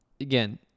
again